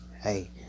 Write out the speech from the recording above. hey